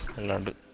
london